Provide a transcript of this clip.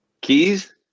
Keys